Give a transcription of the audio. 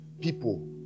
people